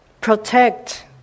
protect